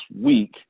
week